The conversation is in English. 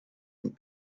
and